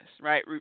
right